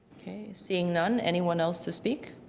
okay seeing none, anyone else to speak?